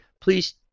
please